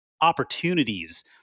opportunities